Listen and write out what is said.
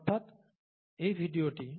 অর্থাৎ এই ভিডিওটি